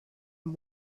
him